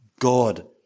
God